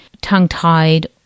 tongue-tied